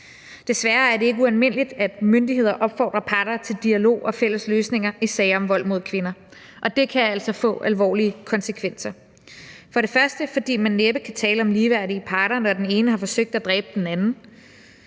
Desværre er det ikke ualmindeligt, at myndigheder opfordrer parter til dialog og fælles løsninger i sager om vold mod kvinder, og det kan altså få alvorlige konsekvenser. For det første, fordi man næppe kan tale om ligeværdige parter, når den ene har forsøgt at dræbe den anden.